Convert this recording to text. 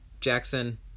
Jackson